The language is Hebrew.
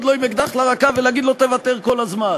עם אקדח לרקה ולהגיד לו: תוותר כל הזמן.